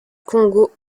congo